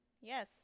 Yes